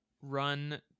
run